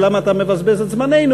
ולמה אתה מבזבז את זמננו,